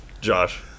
Josh